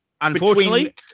Unfortunately